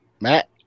Matt